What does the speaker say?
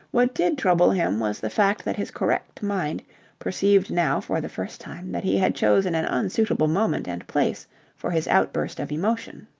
what did trouble him was the fact that his correct mind perceived now for the first time that he had chosen an unsuitable moment and place for his outburst of emotion.